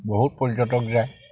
বহুত পৰ্যটক যায়